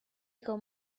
con